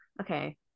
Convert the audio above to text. Okay